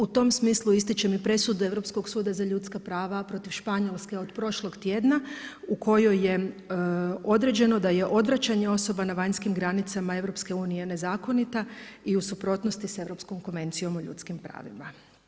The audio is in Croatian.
U tom smislu ističem i presude Europskog suda za ljudska prava protiv Španjolske od prošlog tjedna, u kojoj je određeno da je odvraćanje osoba na vanjskim granicama EU nezakonita i u suprotnosti sa Europskom konvencijom o ljudskim pravima.